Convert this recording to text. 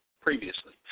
previously